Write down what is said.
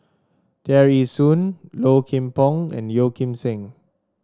Tear Ee Soon Low Kim Pong and Yeo Kim Seng